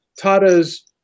Tata's